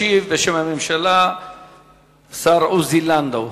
ישיב בשם הממשלה השר עוזי לנדאו.